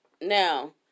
Now